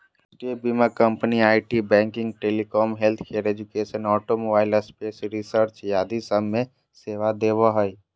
राष्ट्रीय बीमा company IT, banking, telecom, healthcare, education, automobile, space research आदि सब मे सेवा देवो हय